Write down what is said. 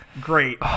great